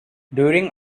during